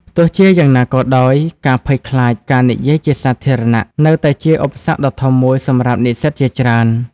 ទោះជាយ៉ាងណាក៏ដោយ ការភ័យខ្លាចការនិយាយជាសាធារណៈនៅតែជាឧបសគ្គដ៏ធំមួយសម្រាប់និស្សិតជាច្រើន។